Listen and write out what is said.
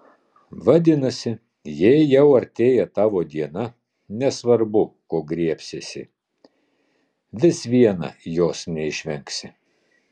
vadinasi jeigu jau artėja tavo diena nesvarbu ko griebsiesi vis viena jos neišvengsi